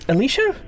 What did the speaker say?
Alicia